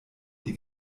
die